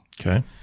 okay